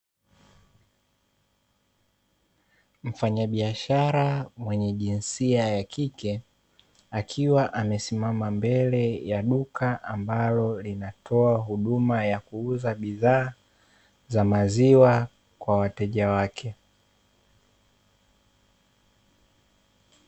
Mfanyabiashara mwenye jinsia ya kike akiwa amesimama mbele ya duka ambalo linatoa huduma ya kuuza bidhaa za maziwa kwa wateja wake.